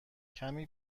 کمی